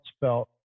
felt